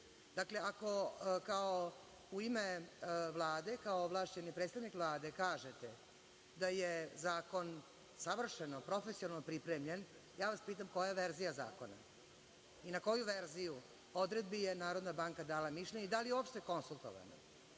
zakonu. Dakle, ako u ime Vlade kao ovlašćeni predstavnik Vlade kažete da je zakon savršeno, profesionalno pripremljen, ja vas pitam koja verzija zakona i na koju verziju odredbi je Narodna banka dala mišljenje i da li je uopšte konsultovana? Nije